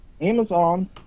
amazon